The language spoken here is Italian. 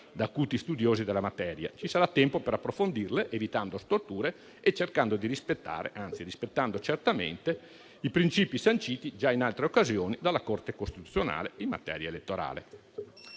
da acuti studiosi della materia. Ci sarà tempo per approfondirle, evitando storture e cercando di rispettare, anzi rispettando certamente i principi sanciti già in altre occasioni dalla Corte costituzionale in materia elettorale.